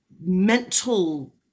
mental